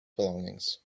belongings